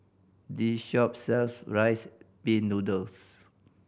this shop sells Rice Pin Noodles